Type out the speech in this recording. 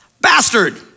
Bastard